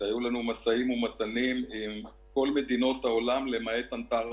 היו לנו משאים ומתנים עם כל מדינות העולם למעט אנטרקטיקה,